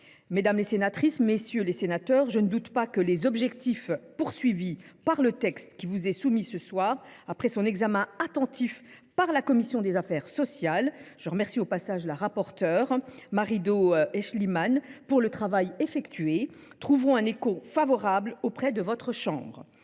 Mesdames les sénatrices, messieurs les sénateurs, je ne doute pas que les objectifs du texte qui vous est soumis ce soir, après son examen attentif par la commission des affaires sociales – je remercie d’ailleurs la rapporteure Marie Do Aeschlimann pour le travail qu’elle a effectué –, trouveront un écho favorable au sein de votre assemblée.